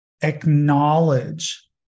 acknowledge